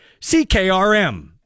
CKRM